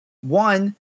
one